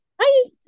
Hi